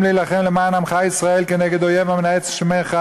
להילחם למען עמך ישראל כנגד אויב המנאץ שמך,